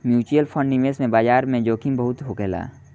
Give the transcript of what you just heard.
mutual fund निवेश बाजार में जोखिम बहुत होखेला